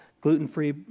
gluten-free